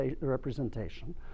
representation